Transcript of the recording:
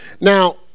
Now